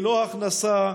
ללא הכנסה,